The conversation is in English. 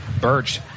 Birch